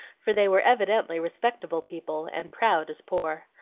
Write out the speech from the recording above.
for they were evidently respectable people, and proud as poor.